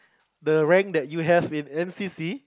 the rank that you have in N_C_C